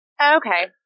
Okay